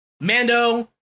Mando